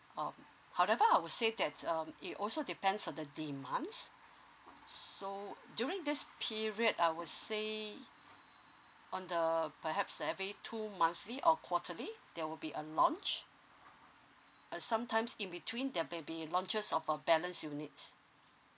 uh however I will say that um it also depends on the demands so during this period I will say on the perhaps every two monthly or quarterly there will be a launch uh sometimes in between there may be launchers of a balance you needs